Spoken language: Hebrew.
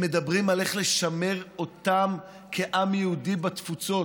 הם מדברים על איך לשמר אותם כעם יהודי בתפוצות,